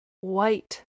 white